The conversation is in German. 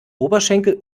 oberschenkel